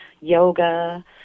yoga